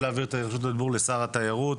להעביר את רשות הדיבור לשר התיירות,